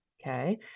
Okay